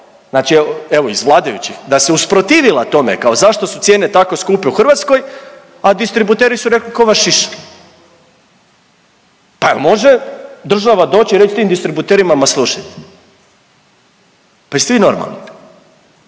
znači evo, evo iz vladajućih, da se usprotivila tome kao zašto su cijene tako skupe u Hrvatskoj, a distributeri su rekli ko vas šiša. Pa jel može država doć i reć tim distributerima ma slušajte, pa jeste vi normalni,